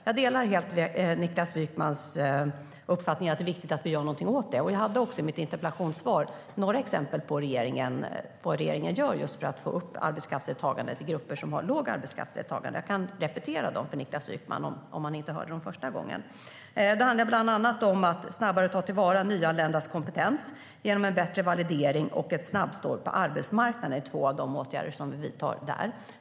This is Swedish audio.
Jag delar helt Niklas Wykmans uppfattning att det är viktigt att vi gör någonting åt det. Jag gav också i mitt interpellationssvar några exempel på vad regeringen gör för att få upp arbetskraftsdeltagandet i grupper som har lågt sådant. Jag kan repetera dem för Niklas Wykman om han inte hörde dem första gången. Det handlar bland annat om att snabbare ta till vara nyanländas kompetens genom bättre validering och ett snabbspår in på arbetsmarknaden. Det är två av de åtgärder som vi vidtar där.